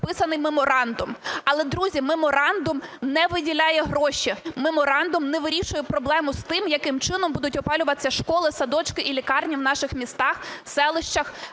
підписаний меморандум. Але, друзі, меморандум не виділяє гроші, меморандум не вирішує проблему з тим, яким чином будуть опалюватися школи, садочки і лікарні в наших містах, селищах